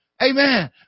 Amen